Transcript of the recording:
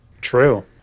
True